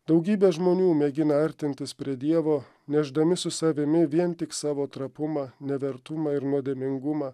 daugybė žmonių mėgina artintis prie dievo nešdami su savimi vien tik savo trapumą nevertumą ir nuodėmingumą